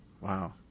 wow